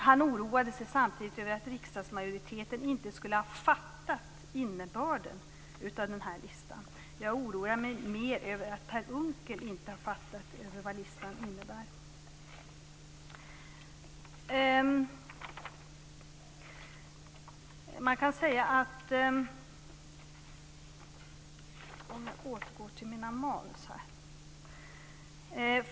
Han oroade sig samtidigt över att riksdagsmajoriteten inte skulle ha fattat innebörden av listan. Jag oroar mig mer över att Per Unckel inte har fattat vad listan innebär.